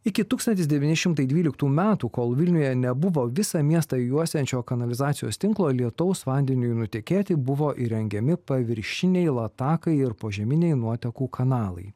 iki tūkstantis devyni šimtai dvyliktų metų kol vilniuje nebuvo visą miestą juosiančio kanalizacijos tinklo lietaus vandeniui nutekėti buvo įrengiami paviršiniai latakai ir požeminiai nuotekų kanalai